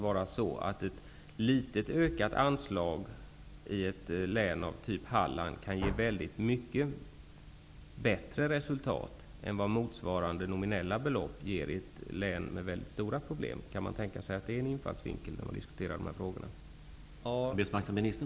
Ett litet, ökat anslag för ett litet län av Hallands typ kan ge mycket bättre resultat än vad motsvarande nominella belopp ger i ett län med mycket stora problem. Är detta en tänkbar infallsvinkel vid en diskussion om dessa frågor?